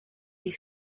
les